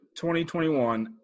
2021